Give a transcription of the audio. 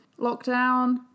lockdown